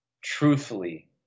truthfully